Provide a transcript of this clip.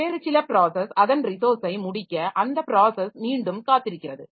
வேறு சில ப்ராஸஸ் அதன் ரிசோர்ஸ்ஸை முடிக்க அந்த ப்ராஸஸ் மீண்டும் காத்திருக்கிறது